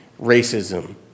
racism